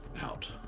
out